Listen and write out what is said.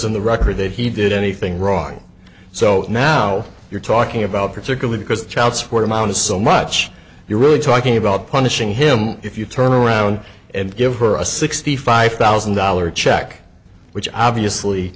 on the record that he did anything wrong so now you're talking about particularly because the child support amount is so much you're really talking about punishing him if you turn around and give her a sixty five thousand dollars check which obviously